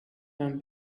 one